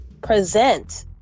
present